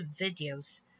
videos